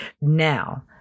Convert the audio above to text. Now